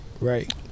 Right